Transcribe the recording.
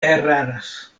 eraras